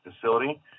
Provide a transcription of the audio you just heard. facility